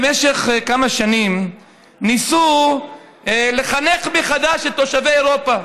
במשך כמה שנים ניסו לחנך מחדש את תושבי אירופה.